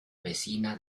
vecina